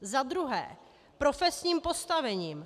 Za druhé profesním postavením.